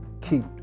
keep